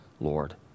Lord